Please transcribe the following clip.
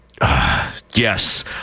Yes